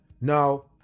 Now